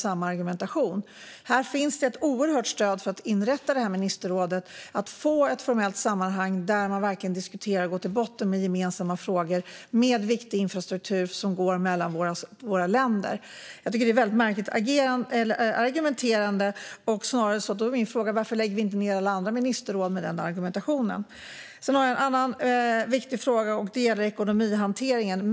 Det finns ett oerhört stort stöd för att inrätta detta ministerråd så att vi får ett formellt sammanhang där man diskuterar och går till botten med gemensamma frågor om viktig infrastruktur som går mellan våra länder. Jag tycker att argumentationen är väldigt märklig. Varför lägger vi inte ned alla andra ministerråd om vi ska argumentera så? Jag har ytterligare en viktig fråga som gäller ekonomihanteringen.